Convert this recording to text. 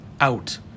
out